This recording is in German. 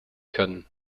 können